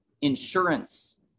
insurance